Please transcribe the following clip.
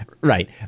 Right